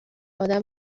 ادم